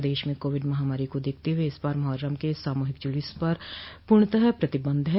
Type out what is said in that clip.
प्रदेश में कोविड महामारी को देखते हुए इस बार मोहर्रम के सामूहिक जुलूस पर पूर्णतयाः प्रतिबन्ध है